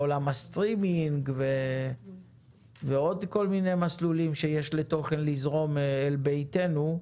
בעולם הסטרימינג ועוד כל מיני מסלולים שיש לתוכן לזרום אל בתינו,